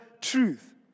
truth